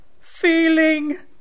Feeling